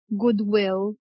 goodwill